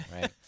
Right